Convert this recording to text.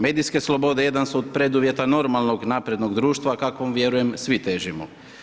Medijske slobode jedan su od preduvjeta normalnog naprednog društva, kakvom vjerujem svi težimo.